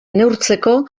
neurtzeko